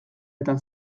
eta